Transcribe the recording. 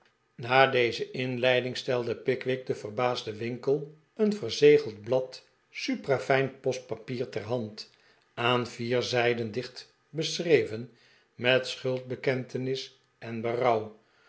na deze inleiding stelde pickwick den verbaasden winkle een verzegeld blad supra fijn postpapier ter hand aan vier zijden dicht beschreven met schuldbekentenis en